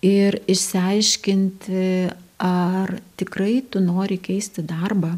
ir išsiaiškinti ar tikrai tu nori keisti darbą